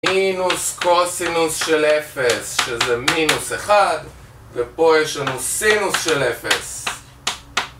מינוס קוסינוס של 0, שזה מינוס 1, ופה יש לנו סינוס של 0.